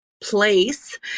Place